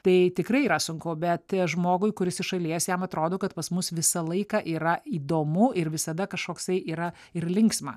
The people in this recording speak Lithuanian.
tai tikrai yra sunku bet žmogui kuris iš šalies jam atrodo kad pas mus visą laiką yra įdomu ir visada kažkoksai yra ir linksma